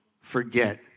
forget